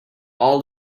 all